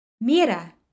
Mira